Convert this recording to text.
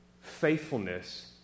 faithfulness